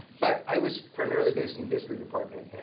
but i was primarily based in the history department.